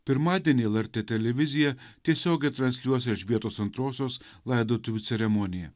pirmadienį lrt televizija tiesiogiai transliuos elžbietos antrosios laidotuvių ceremoniją